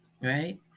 right